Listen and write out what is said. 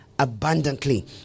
abundantly